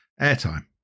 airtime